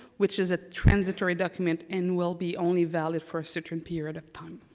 which is a transitory document and will be only valid for a certain period of time.